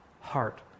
heart